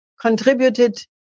contributed